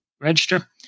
register